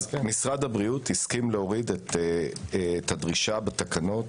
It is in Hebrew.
משרד הבריאות הסכים להוריד את הדרישה בתקנות,